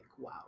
wow